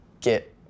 get